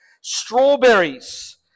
strawberries